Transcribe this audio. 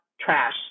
trash